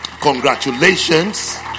Congratulations